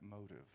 motive